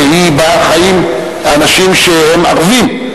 שבה חיים אנשים שהם ערבים.